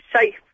Safe